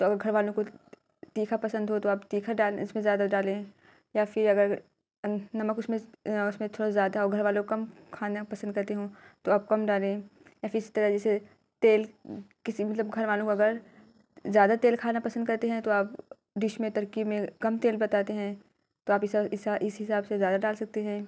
تو گھر والوں کو تیکھا پسند ہو تو آپ تیکھا ڈال اس میں زیادہ ڈالیں یا پھر اگر نمک اس میں اس میں تھورا زیادہ ہو گھر والوں کو کم کھانا پسند کرتے ہوں تو آپ کم ڈالیں یا پھر اسی طرح جیسے تیل کسی مطلب گھر والوں کو اگر زیادہ تیل کھانا پسند کرتے ہیں تو آپ ڈش میں ترکیب میں کم تیل بتاتے ہیں تو آپ اس حساب سے زیادہ ڈال سکتے ہیں